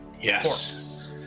Yes